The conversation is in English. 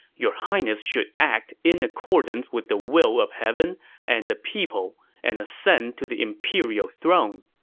your highness should act in accordance with the will of heaven and the people and ascend to the imperial throne.